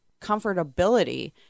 comfortability –